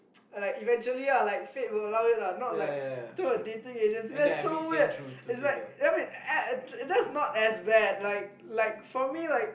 like eventually lah like fate will allow it lah not like through a dating agency like that's so weird is like I mean a a that's not as bad like like for me like